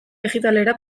digitalera